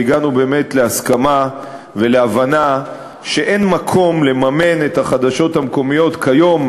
והגענו להסכמה ולהבנה שאין מקום לממן את החדשות המקומיות כיום.